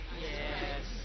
Yes